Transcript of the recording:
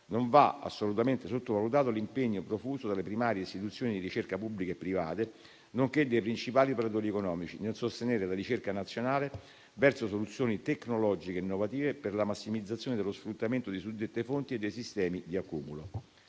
non va assolutamente sottovalutato l'impegno profuso dalle primarie istituzioni di ricerca pubbliche e private, nonché dai principali operatori economici, nel sostenere la ricerca nazionale verso soluzioni tecnologiche innovative per la massimizzazione dello sfruttamento delle suddette fonti e dei sistemi di accumulo.